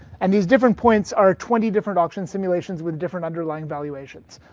and these different points are twenty different auction simulations with different underlying valuations.